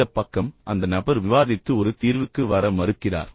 இந்தப் பக்கம் அந்த நபர் விவாதித்து ஒரு தீர்வுக்கு வர மறுக்கிறார்